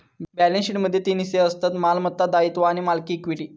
balance शीटमध्ये तीन हिस्से असतत मालमत्ता, दायित्वे आणि मालकी इक्विटी